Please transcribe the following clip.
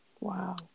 wow